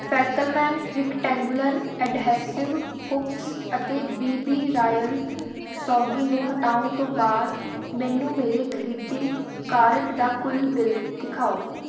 ਫੈਕਲਮੈਨ rectangular adhesive hooks ਅਤੇ B B royal ਸੌਗੀ ਨੂੰ ਹਟਾਉਣ ਤੋਂ ਬਾਅਦ ਮੈਨੂੰ ਮੇਰੇ ਖਰੀਦੀ ਕਾਰਟ ਦਾ ਕੁੱਲ ਬਿੱਲ ਦਿਖਾਓ